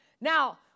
Now